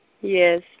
Yes